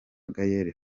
gaël